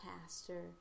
pastor